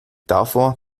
davor